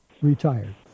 retired